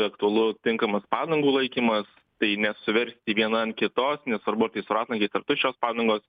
aktualu tinkamas padangų laikymas tai ne suversti viena ant kitos nesvarbu ar tai su ratlankiais ar tuščios padangos